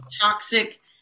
toxic